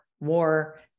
war